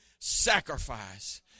sacrifice